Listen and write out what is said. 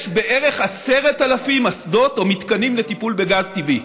יש בערך 10,000 אסדות או מתקנים לטיפול בגז טבעי.